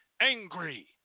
angry